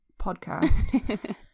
podcast